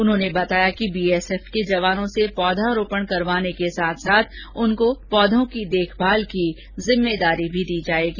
उन्होंने बताया कि बीएसएफ के जवानों से पौधारोपण करवाने के साथ उनको पौधों की देखभाल की जिम्मेदारी भी दी जाएगी